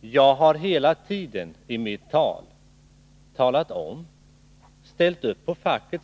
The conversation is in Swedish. Jag har hela tiden i mitt anförande ställt upp för facket.